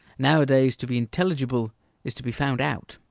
nowadays to be intelligible is to be found out.